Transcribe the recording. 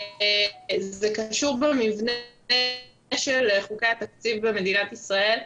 זה קשור למבנה של חוקי התקציב במדינת ישראל.